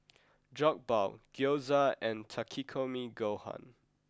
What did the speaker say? Jokbal Gyoza and Takikomi Gohan